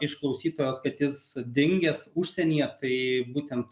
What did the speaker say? iš klausytos kad jis dingęs užsienyje tai būtent